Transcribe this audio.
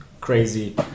crazy